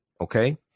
Okay